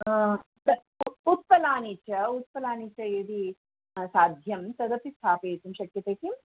उत्तफलानि च उत्तफलानि च यदि साध्यं तदपि स्थापयितुं शक्यते किम्